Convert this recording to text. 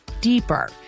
deeper